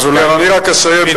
אני רק אסיים.